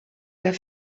der